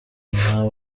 nta